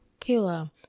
Kayla